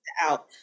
out